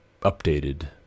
updated